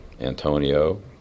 Antonio